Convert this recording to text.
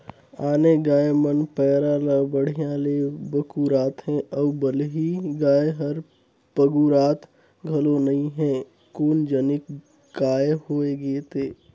आने गाय मन पैरा ला बड़िहा ले पगुराथे अउ बलही गाय हर पगुरात घलो नई हे कोन जनिक काय होय गे ते